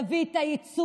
נביא את הייצוג,